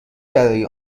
برای